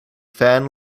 fan